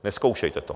Nezkoušejte to!